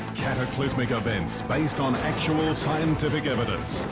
cataclysmic events, based on actual scientific evidence.